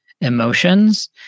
emotions